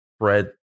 spread